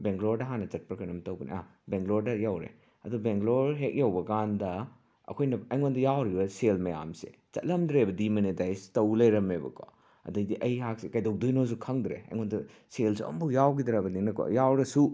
ꯕꯦꯡꯒ꯭ꯂꯣꯔꯗ ꯍꯥꯟꯅ ꯆꯠꯄ꯭ꯔꯥ ꯀꯩꯅꯣꯝ ꯇꯧꯕꯅꯤ ꯕꯦꯡꯒ꯭ꯂꯣꯔꯗ ꯌꯧꯔꯦ ꯑꯗꯣ ꯕꯦꯡꯒ꯭ꯂꯣꯔ ꯍꯦꯛ ꯌꯧꯕꯀꯥꯟꯗ ꯑꯩꯈꯣꯏꯅ ꯑꯩꯉꯣꯟꯗ ꯌꯥꯎꯔꯤꯕ ꯁꯦꯜ ꯃꯌꯥꯝꯁꯦ ꯆꯠꯂꯝꯗ꯭ꯔꯦꯕ ꯗꯤꯃꯣꯅꯤꯇꯥꯏꯖ ꯇꯧ ꯂꯩꯔꯝꯃꯦꯕꯀꯣ ꯑꯗꯩꯗꯤ ꯑꯩꯍꯥꯛꯁꯦ ꯀꯩꯗꯧꯗꯣꯏꯅꯣꯁꯨ ꯈꯪꯗ꯭ꯔꯦ ꯑꯩꯉꯣꯟꯗ ꯁꯦꯜꯁꯨ ꯑꯝꯐꯧ ꯌꯥꯎꯒꯤꯗ꯭ꯔꯕꯅꯤꯅꯀꯣ ꯌꯥꯎꯔꯁꯨ